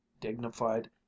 dignified